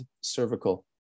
cervical